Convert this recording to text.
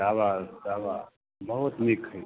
शाबाश शाबाश बहुत नीक हइ